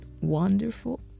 wonderful